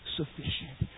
sufficient